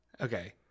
Okay